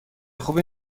خوبی